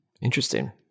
Interesting